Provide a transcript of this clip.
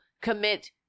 commit